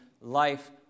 life